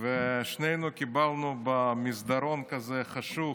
ושנינו קיבלנו במסדרון חשוך,